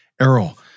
Errol